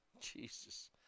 Jesus